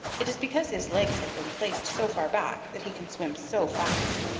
it is because his legs have been placed so far back that he can swim so fast.